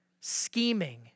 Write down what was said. scheming